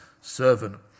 servant